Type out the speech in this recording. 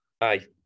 Aye